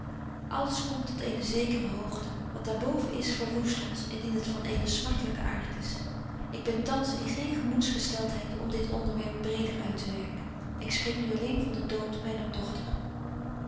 alles komt tot eene zekere hoogte wat daar boven is verwoest ons indien het van eenen smartelyken aart is ik ben thans in geen gemoedsgesteltheid om dit onderwerp breder uittewerken ik spreek nu alleen van den dood myner dochter